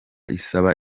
isaba